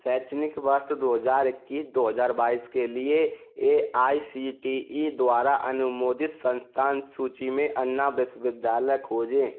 शैक्षणिक वर्ष दो हजार इक्कीस दो हजार बाईस के लिए A I C T E द्वारा अनुमोदित संस्थान सूची में अन्ना विश्वविद्यालय खोजें